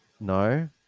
No